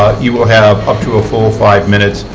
you will have up to a full five minutes.